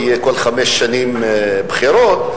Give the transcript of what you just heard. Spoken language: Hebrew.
בחירות,